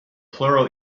plural